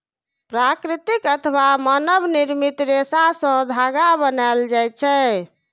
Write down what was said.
प्राकृतिक अथवा मानव निर्मित रेशा सं धागा बनायल जाए छै